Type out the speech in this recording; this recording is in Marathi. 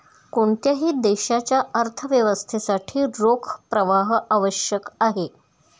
कोणत्याही देशाच्या अर्थव्यवस्थेसाठी रोख प्रवाह आवश्यक आहे